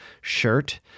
shirt